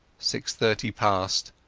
six-thirty passed,